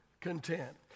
content